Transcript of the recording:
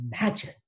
imagine